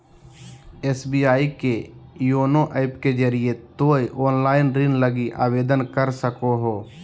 SBI के YONO app के जरिए तोय ऑनलाइन ऋण लगी आवेदन कर सको हो